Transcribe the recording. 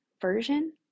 version